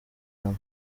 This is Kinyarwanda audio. nama